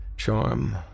Charm